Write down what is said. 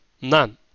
none